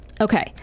Okay